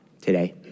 today